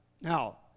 Now